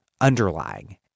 underlying